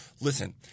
Listen